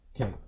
Okay